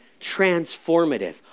transformative